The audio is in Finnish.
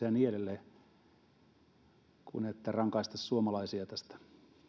ja niin edelleen kuin rankaista suomalaisia tästä